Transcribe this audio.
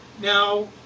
now